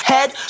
Head